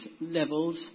levels